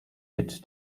wird